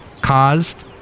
Caused